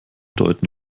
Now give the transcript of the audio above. deuten